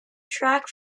track